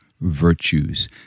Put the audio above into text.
virtues